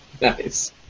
Nice